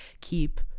Keep